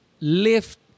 lift